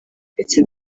ndetse